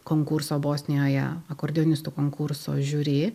konkurso bosnijoje akordeonistų konkurso žiuri